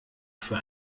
für